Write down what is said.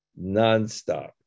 nonstop